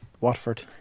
Watford